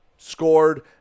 Scored